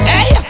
Hey